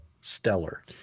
stellar